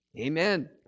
Amen